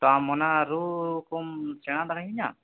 ᱛᱚ ᱟᱢ ᱚᱱᱟ ᱨᱩ ᱠᱚᱢ ᱥᱮᱬᱟ ᱫᱟᱲᱮ ᱟᱹᱧᱟ